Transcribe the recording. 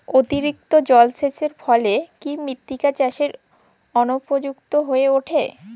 অতিরিক্ত জলসেচের ফলে কি মৃত্তিকা চাষের অনুপযুক্ত হয়ে ওঠে?